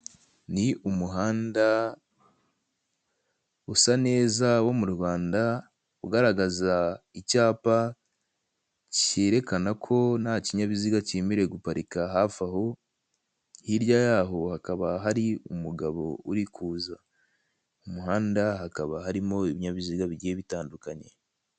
Ni umuhanda usa neza wo mu Rwanda ugaragaza icyapa cyerekana ko ntakinyabiziga cyemerewe guparika hafi aho, hirya yaho hakaba hari umugabo urimo kuza. Mumuhanda hakaba harimo ibinyabiziga bigiye bitandukanye.